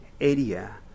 area